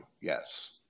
yes